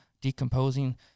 decomposing